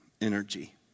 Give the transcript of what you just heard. energy